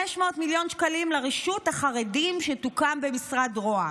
500 מיליון שקלים לרשות החרדים שתוקם במשרד ראש הממשלה,